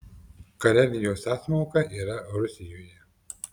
karelijos sąsmauka yra rusijoje